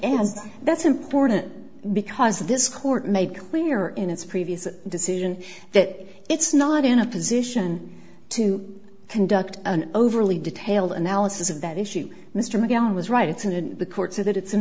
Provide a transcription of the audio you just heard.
and that's important because this court made clear in its previous decision that it's not in a position to conduct an overly detailed analysis of that issue mr mcgowan was right it's in the courts so that it's an